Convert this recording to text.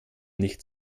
nicht